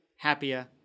happier